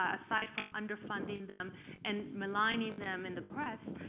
ah aside from underfunding them and maligning them in the press,